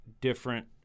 different